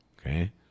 Okay